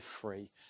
free